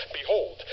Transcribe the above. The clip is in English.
behold